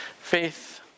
Faith